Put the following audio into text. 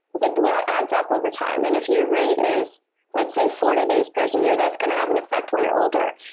but that adds up over time. and if your rate is let's say forty base pairs a year, that's going to have an effect when you're older.